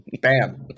Bam